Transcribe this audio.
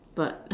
but